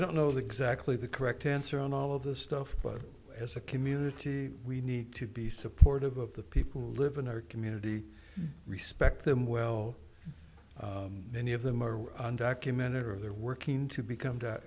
don't know the exactly the correct answer on all of this stuff but as a community we need to be supportive of the people who live in our community respect them well many of them are undocumented or they're working to